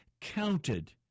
counted